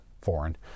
foreign